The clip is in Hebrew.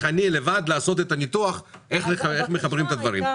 לבד לעשות את הניתוח איך מחברים את הדברים.